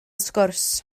sgwrs